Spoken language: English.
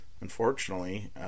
Unfortunately